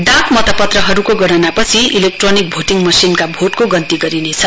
डाक मतपत्रहरूको गणनापछि इलेक्ट्रोनिक भोटिङ मशिनका भोटको गन्ती गरिनेछ